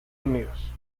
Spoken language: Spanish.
unidos